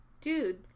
Dude